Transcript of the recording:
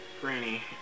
granny